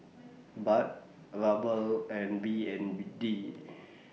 Baht Ruble and B N D